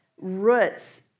roots